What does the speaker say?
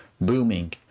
booming